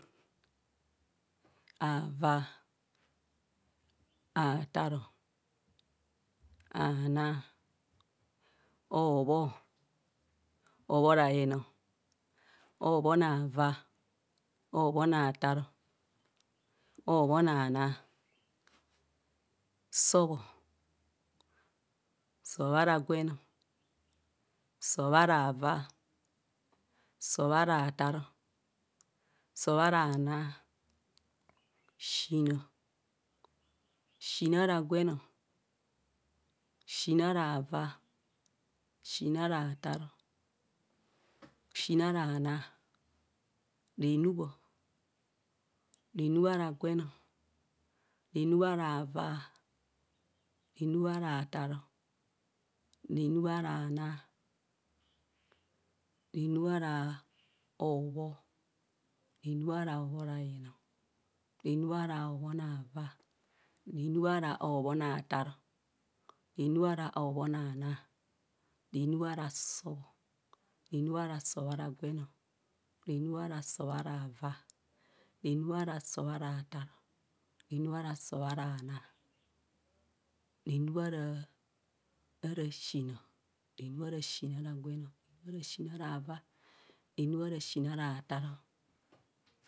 Avaa ataaro anaa hobho hobho ra yen hobho na vaa hobho na naa sob o sob ara gwen sob ara vaa sọb ara taa, sọ ara naa siin sii ara gwen siin ara vaa m, siin ara taa, siin ara naa renu renu ara gwen renu ara vaa renu ara taa renu ara naa, renu ara obho renu ara obho ra yen renu ara hobho na vaa renu ara hobho na taa renu ara hobho na naa, renu ara sọb renu ara sọb ara gwen renh ara sọb ara vaa renu ara sọb ara taa renu ara sob ara naa renu ara siin renu ara siin ara gwen renu ara siin ara vaa renu ara siin ara taa re